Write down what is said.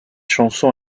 chanson